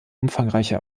umfangreiche